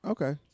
Okay